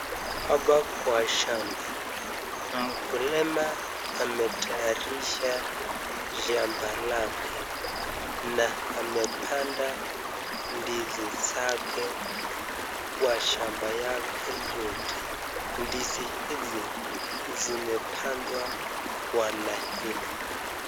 Hapa kwa shamba. Mkulima ametayarisha shamba lake na amepanda ndizi zake kwa shamba yake yote. Ndizi hizi zimepandwa kwa laini.